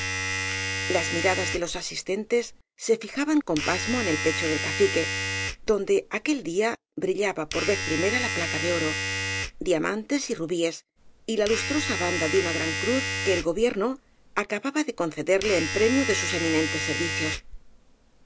las miradas de los asistentes se fijaban con pas mo en el pecho del cacique donde aquel día bri llaba por vez primera la placa de oro diamantes y rubíes y la lustrosa banda de una gran cruz que el gobierno acababa de concederle en premio de sus eminentes servicios